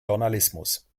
journalismus